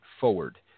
forward